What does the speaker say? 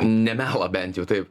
ne melą bent jau taip